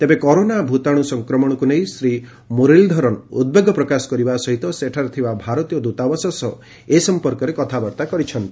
ତେବେ କରୋନା ଭୂତାଣୁ ସଂକ୍ରମଣକୁ ନେଇ ଶ୍ରୀ ମୁରଲୀଧରନ ଉଦ୍ବେଗ ପ୍ରକାଶ କରିବା ସହିତ ସେଠାରେ ଥିବା ଭାରତୀୟ ଦ୍ରତାବାସ ସହ ଏ ସଂପର୍କରେ କଥାବାର୍ତ୍ତା କରିଛନ୍ତି